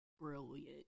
Brilliant